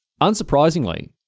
unsurprisingly